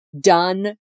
done